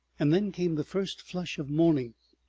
and then came the first flush of morning,